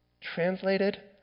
translated